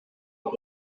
aho